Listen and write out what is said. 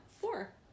four